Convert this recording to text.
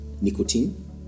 nicotine